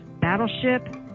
Battleship